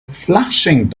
flashing